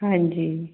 ਹਾਂਜੀ